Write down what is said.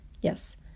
Yes